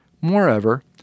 Moreover